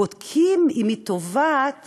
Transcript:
בודקים אם היא תובעת